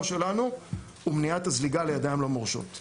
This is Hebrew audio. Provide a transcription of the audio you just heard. שלנו הוא מניעת הזליגה לידיים לא מורשות,